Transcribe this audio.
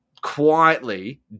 quietly